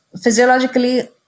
Physiologically